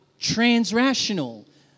transrational